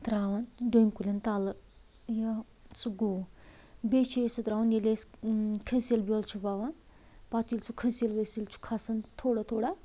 تراوَان بیٚیہِ ڈوٗنۍ کُلٮ۪ن تَلہٕ یا سُہ گُہہ بیٚیہِ چھِ أسۍ سُہ تراوَان ییٚلہِ أسۍ کھسیٖل بیول چھِ وَوان پتہٕ ییٚلہِ سُہ کھسیٖل وسیل چھُ کھسان تھوڑا تھوڑا